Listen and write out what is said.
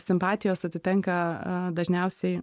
simpatijos atitenka dažniausiai